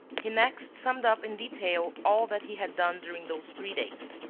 he next summed up in detail all that he had done during those three days.